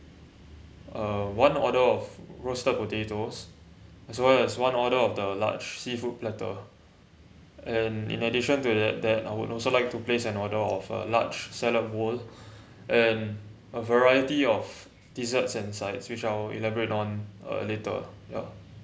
uh one order of roasted potatoes as well as one order of the large seafood platter and in addition to that that I would also like to place an order of a large salad bowl and a variety of desserts and sides which I will elaborate on uh later ya